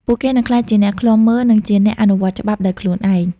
ពួកគេនឹងក្លាយជាអ្នកឃ្លាំមើល និងជាអ្នកអនុវត្តច្បាប់ដោយខ្លួនឯង។